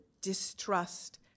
distrust